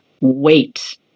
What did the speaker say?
wait